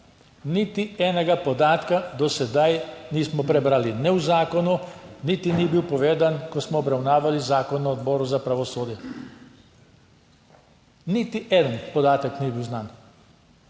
Niti enega podatka do sedaj nismo prebrali, ne v zakonu, niti ni bil povedan, ko smo obravnavali zakon na Odboru za pravosodje. Niti en podatek ni bil znan.